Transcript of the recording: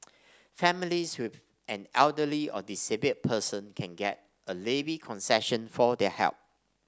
families with an elderly or disabled person can get a levy concession for their help